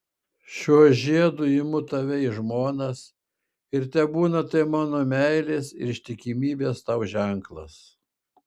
šiuo žiedu imu tave į žmonas ir tebūna tai mano meilės ir ištikimybės tau ženklas